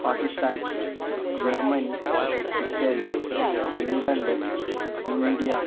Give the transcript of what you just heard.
Pakistan Germany Italy England India